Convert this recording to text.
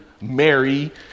Mary